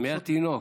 מי התינוק?